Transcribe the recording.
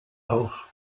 auf